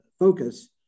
focus